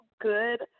good